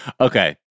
Okay